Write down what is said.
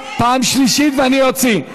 פעם שלישית ואני אוציא.